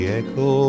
echo